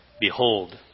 Behold